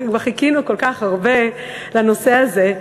כבר חיכינו כל כך הרבה לנושא הזה.